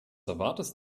erwartest